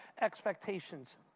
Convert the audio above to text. expectations